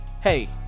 Hey